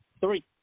Three